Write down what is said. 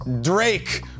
Drake